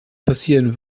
passieren